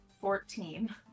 fourteen